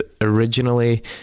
originally